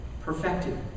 Perfected